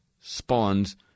spawns